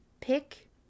pick